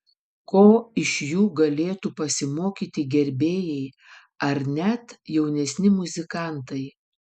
ko iš jų galėtų pasimokyti gerbėjai ar net jaunesni muzikantai